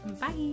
Bye